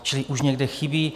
Čili už někde chybí?